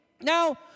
Now